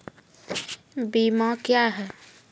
बीमा क्या हैं?